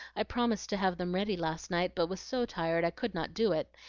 i promised to have them ready last night, but was so tired i could not do it,